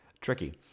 tricky